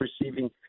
receiving